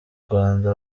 rwanda